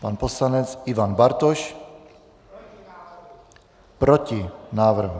Pan poslanec Ivan Bartoš: Proti návrhu.